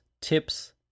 tips